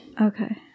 okay